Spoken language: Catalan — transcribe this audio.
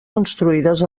construïdes